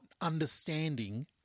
understanding